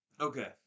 Okay